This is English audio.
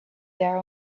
there